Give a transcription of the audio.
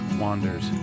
wanders